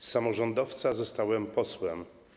Z samorządowca zostałem posłem.